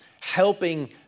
helping